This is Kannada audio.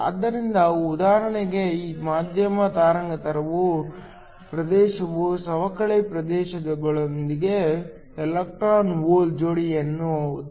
ಆದ್ದರಿಂದ ಉದಾಹರಣೆಗೆ ಮಧ್ಯಮ ತರಂಗಾಂತರದ ಪ್ರದೇಶವು ಸವಕಳಿ ಪ್ರದೇಶದೊಳಗೆ ಎಲೆಕ್ಟ್ರಾನ್ ಹೋಲ್ ಜೋಡಿಯನ್ನು ಉತ್ಪಾದಿಸುತ್ತದೆ